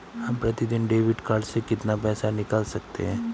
हम प्रतिदिन debit card से कितना पैसा निकाल सकते हैं?